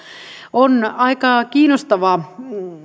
on aika kiinnostava